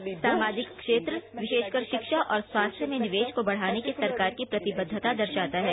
यह बजट कृषि सामाजिक क्षेत्र विशेषकर शिक्षा और स्वास्थ्य में निवेश को बढ़ाने की सरकार की प्रतिबद्दता दर्शाता है